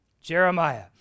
Jeremiah